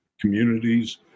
communities